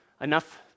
enough